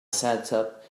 setup